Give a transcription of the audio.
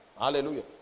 hallelujah